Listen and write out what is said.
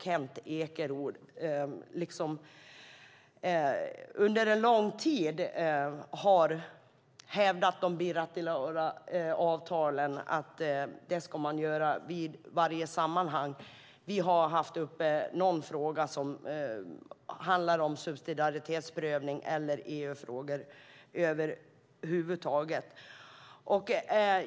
Kent Ekeroth har under en lång tid framhållit att man i varje sammanhang ska hävda de bilaterala avtalen. Vi har haft uppe någon fråga som har handlat om subsidiaritetsprövning eller EU-frågor över huvud taget.